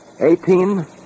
Eighteen